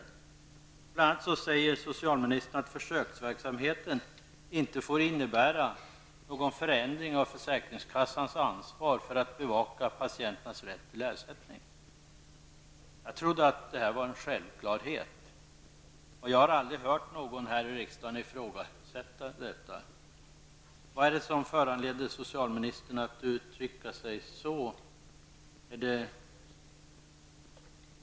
Socialministern säger bl.a. att försöksverksamheten inte får innebära någon förändring av försäkringskassans ansvar att bevaka patienternas rätt till ersättning. Jag trodde att detta var en självklarhet, och jag har aldrig hört någon här i riksdagen ifrågasätta detta. Vad föranleder socialministern att uttrycka sig så?